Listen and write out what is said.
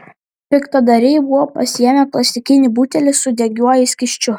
piktadariai buvo pasiėmę plastikinį butelį su degiuoju skysčiu